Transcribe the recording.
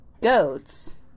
goats